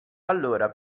allora